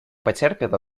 потерпит